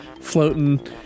floating